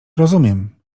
rozumiem